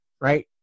right